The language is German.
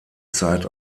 zeit